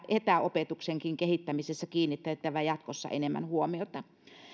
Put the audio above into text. etäopetuksenkin kehittämisessä kiinnitettävä jatkossa enemmän huomiota